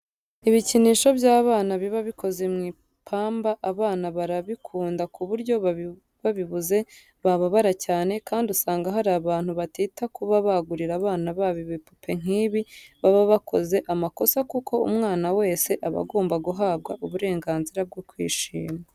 Ibikinisho by'abana biba bikoze mu ipamba abana barabikunda ku buryo babibuze bababara cyane, kandi usanga hari abantu batita kuba bagurira abana babo ibipupe nk'ibi baba bakoze amakosa kuko umwana wese aba agomba guhabwa uburenganzira bwo kwishima.